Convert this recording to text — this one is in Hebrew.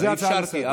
אז אפשרתי,